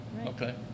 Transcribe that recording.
Okay